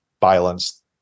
violence